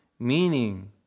Meaning